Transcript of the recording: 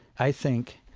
i think,